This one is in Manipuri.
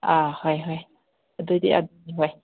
ꯑꯥ ꯍꯣꯏ ꯍꯣꯏ ꯑꯗꯨꯗꯤ ꯑꯗꯨꯗꯤ ꯍꯣꯏ